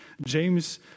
James